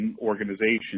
organizations